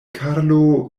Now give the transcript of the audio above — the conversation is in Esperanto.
karlo